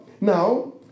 Now